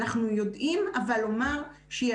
אנחנו יודעים אבל לומר שהיא